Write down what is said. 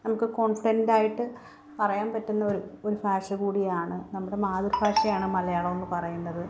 നമുക്ക് കോൺഫിഡനറ്റ് ആയിട്ട് പറയാൻ പറ്റുന്ന ഒരു ഒരു ഫാഷ കൂടിയാണ് നമ്മുടെ മാതൃഭാഷയാണ് മലയാളം എന്ന് പറയുന്നത്